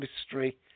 mystery